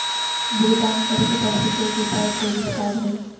भुगतान करे के सबसे तेज उपाय क्रेडिट कार्ड हइ